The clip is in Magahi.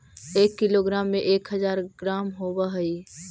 एक किलोग्राम में एक हज़ार ग्राम होव हई